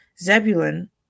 Zebulun